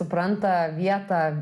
supranta vietą